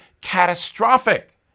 catastrophic